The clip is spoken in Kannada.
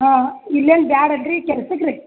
ಹಾಂ ಇಲ್ಲೇನು ಬ್ಯಾಡನ್ರಿ ಕೆಲ್ಸಕ್ಕೆ ರೀ